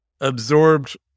absorbed